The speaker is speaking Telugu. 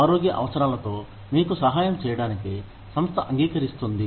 ఆరోగ్య అవసరాలతో మీకు సహాయం చేయడానికి సంస్థ అంగీకరిస్తుంది